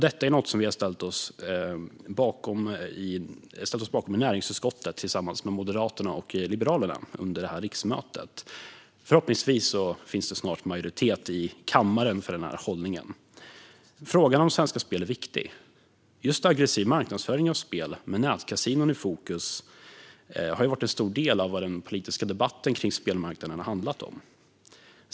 Detta är något som vi har ställt oss bakom i näringsutskottet tillsammans med Moderaterna och Liberalerna under detta riksmöte. Förhoppningsvis finns det snart majoritet i kammaren för den hållningen. Frågan om Svenska Spel är viktig. Just aggressiv marknadsföring av spel med nätkasinon i fokus har varit en stor del av vad den politiska debatten om spelmarknaden har handlat om.